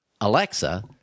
Alexa